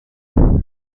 بود